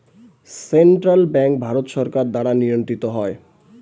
central bank Bharat সরকার দ্বারা নিয়ন্ত্রিত হয়